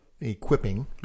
equipping